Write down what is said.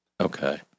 Okay